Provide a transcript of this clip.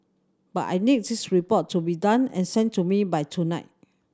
but I need this report to be done and sent to me by tonight